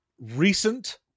recent